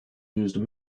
used